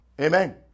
Amen